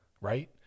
right